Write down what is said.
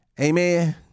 Amen